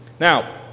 Now